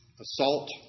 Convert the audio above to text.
assault